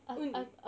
!oi!